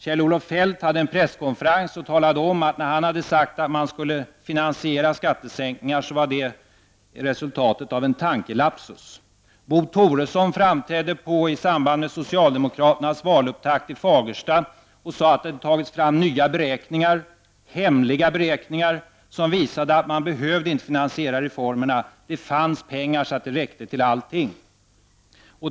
Kjell-Olof Feldt hade en presskonferens och talade om att när han hade sagt att skattesänkningar skulle finansieras så var det resultatet av en tankelapsus. Bo Toresson framträdde i samband med socialdemokraternas valupptakt i Fagersta och sade att det hade tagits fram nya och hemliga beräkningar som visade att reformerna inte behövde finansieras utan att det fanns pengar så att det räckte till allt.